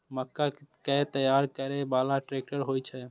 मक्का कै तैयार करै बाला ट्रेक्टर होय छै?